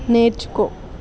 నేర్చుకో